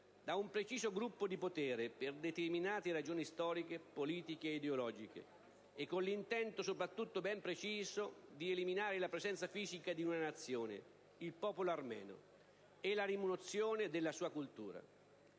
da un preciso gruppo di potere, per determinate ragioni storiche, politiche ed ideologiche e, soprattutto, con l'intento ben preciso di eliminare la presenza fisica di una nazione - il popolo armeno - e la rimozione della sua cultura.